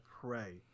pray